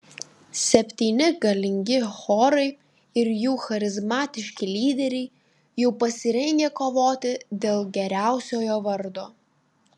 septyni galingi chorai ir jų charizmatiški lyderiai jau pasirengę kovoti dėl geriausiojo vardo